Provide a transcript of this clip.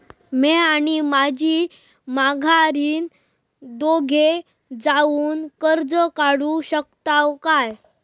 म्या आणि माझी माघारीन दोघे जावून कर्ज काढू शकताव काय?